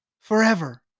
forever